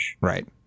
Right